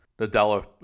Nadella